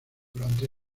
durante